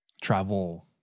travel